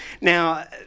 now